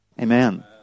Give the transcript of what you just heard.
Amen